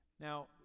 Now